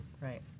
Right